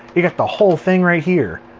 you got the whole thing right here,